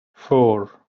four